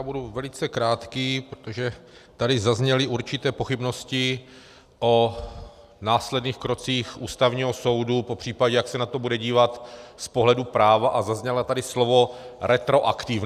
Já budu velice krátký, protože tady zazněly určité pochybnosti o následných krocích Ústavního soudu, popř. jak se na to bude dívat z pohledu práva, a zaznělo tady slovo retroaktivita.